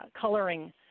coloring